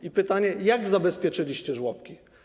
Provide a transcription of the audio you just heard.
I pytanie: Jak zabezpieczyliście żłobki?